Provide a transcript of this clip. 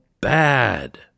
bad